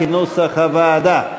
כנוסח הוועדה.